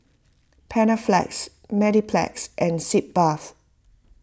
Panaflex Mepilex and Sitz Bath